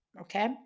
okay